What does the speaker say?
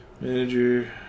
Manager